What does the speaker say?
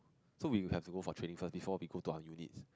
so we will have to go for training first before we go to our unit